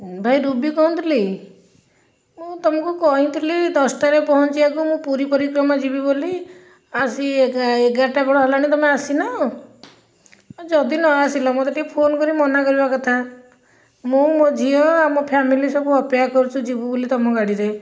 ଭାଇ ରୁବି କହୁଥିଲି ମୁଁ ତୁମକୁ କହିଥିଲି ଦଶଟାରେ ପହଞ୍ଚିବାକୁ ମୁଁ ପୁରୀ ପରିକ୍ରମା ଯିବି ବୋଲି ଆସି ଏଗାରଟା ବେଳ ହେଲାଣି ତୁମେ ଆସିନ ଯଦି ନ ଆସିଲ ମୋତେ ଟିକିଏ ଫୋନ୍ କରିକି ମନା କରିବା କଥା ମୁଁ ମୋ ଝିଅ ଆମ ଫ୍ୟାମିଲି ସବୁ ଅପେକ୍ଷା କରିଛୁ ଯିବୁ ବୋଲି ତୁମ ଗାଡ଼ିରେ